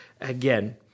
again